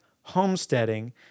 homesteading